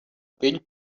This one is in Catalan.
pell